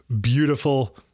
Beautiful